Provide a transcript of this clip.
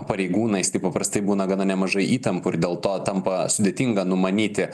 pareigūnais taip paprastai būna gana nemažai įtampų ir dėl to tampa sudėtinga numanyti